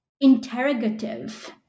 interrogative